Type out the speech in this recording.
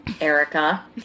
Erica